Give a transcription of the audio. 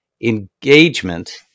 Engagement